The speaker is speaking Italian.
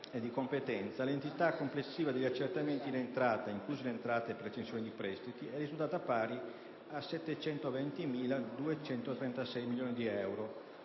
di competenza, l'entità complessiva degli accertamenti in entrata, incluse le entrate per accensione prestiti, è risultata pari a 720.236 milioni di euro,